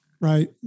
Right